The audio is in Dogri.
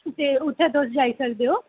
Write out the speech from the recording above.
ते उत्थै तुस जाई सकदे ओ